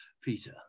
Peter